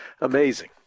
Amazing